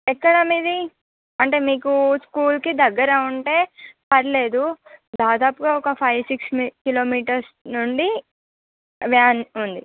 ఎక్కడ మీది అంటే మీకు స్కూల్కి దగ్గర ఉంటే పర్లేదు దాదాపుగా ఒక ఫైవ్ సిక్స్ కిలోమీటర్స్ నుండి వాన్ ఉంది